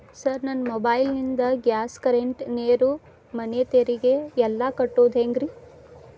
Sir ನನ್ನ mobile ನಿಂದ gas, current, ನೇರು, ಮನೆ ತೆರಿಗೆ ಎಲ್ಲಾ ಕಟ್ಟೋದು ಹೆಂಗ್ರಿ?